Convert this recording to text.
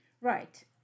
Right